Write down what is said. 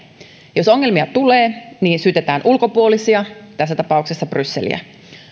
jos ongelmia tulee niin syytetään ulkopuolisia tässä tapauksessa brysseliä